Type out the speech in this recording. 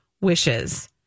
wishes